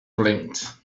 blinked